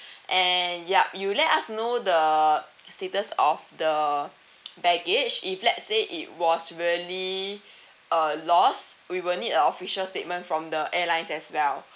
and yup you let us know the status of the baggage if let's say it was really uh lost we will need a official statement from the airlines as well